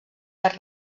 arc